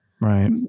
Right